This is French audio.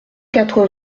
quatre